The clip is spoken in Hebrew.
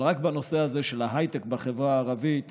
אבל רק בנושא הזה של הייטק בחברה הערבית